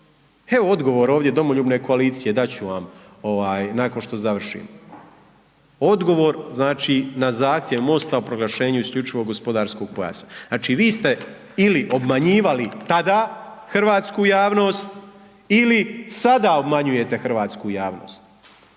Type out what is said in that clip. Evo odgovora ovdje, Domoljubne koalicije, dat ću vam nakon što završim. Odgovor, znači, na zahtjev MOST-a o proglašenju o isključivo gospodarskog pojasa. Znači, vi ste ili obmanjivala tada hrvatsku javnost ili sada obmanjujete hrvatsku javnost.